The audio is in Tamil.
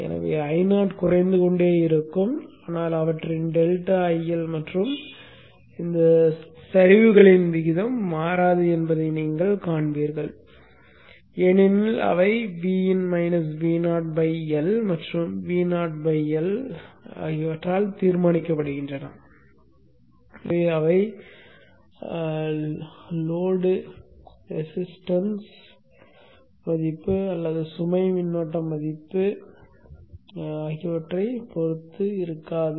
எனவே Io குறைந்து கொண்டே இருக்கும் ஆனால் அவற்றின் டெல்டா IL மற்றும் சரிவுகளின் விகிதம் மாறாது என்பதை நீங்கள் காண்கிறீர்கள் ஏனெனில் அவை L மற்றும் Vo L ஆகியவற்றால் தீர்மானிக்கப்படுகின்றன எனவே அவை சுமை மின்தடை மதிப்பு அல்லது சுமை மின்னோட்ட மதிப்பு ஆகியவற்றை பொருத்து இருக்காது